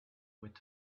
with